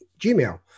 Gmail